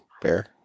Bear